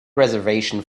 reservation